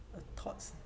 thoughts